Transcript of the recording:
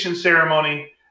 ceremony